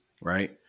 right